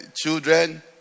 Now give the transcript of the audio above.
children